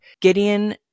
Gideon